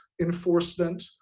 enforcement